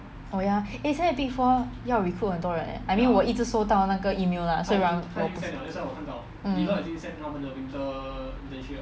oh ya eh 现在 big four 要 recruit 很多人 leh I mean 我一直收到那个 email lah mm